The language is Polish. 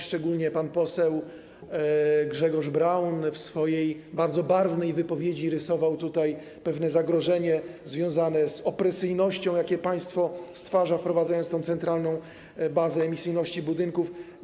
Szczególnie pan poseł Grzegorz Braun w swojej bardzo barwnej wypowiedzi rysował tutaj pewne zagrożenie związane z opresyjnością, jakie państwo stwarza wprowadzając tą centralną bazę emisyjności budynków.